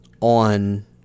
on